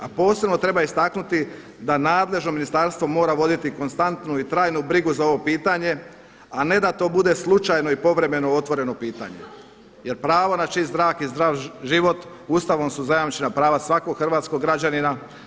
A posebno treba istaknuti da nadležno ministarstvo mora voditi konstantnu i trajnu brigu za ovo pitanje, a ne da to bude slučajno i povremeno otvoreno pitanje jer pravo na čist zrak i zdrav život Ustavom su zajamčena prava svakoga hrvatskog građanina.